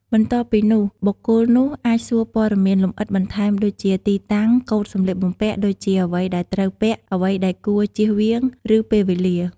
បន្ទាប់ពីនោះ បុគ្គលនោះអាចសួរព័ត៌មានលម្អិតបន្ថែមដូចជា ទីតាំង កូដសំលៀកបំពាក់ដូចជា អ្វីដែលត្រូវពាក់ អ្វីដែលគួរជៀសវាង ឬពេលវេលា។